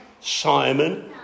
Simon